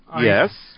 Yes